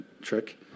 trick